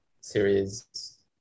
series